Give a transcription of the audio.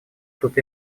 тут